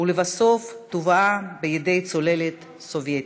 ולבסוף טובעה בידי צוללת סובייטית.